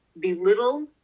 belittle